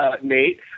Nate